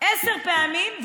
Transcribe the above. עשר פעמים,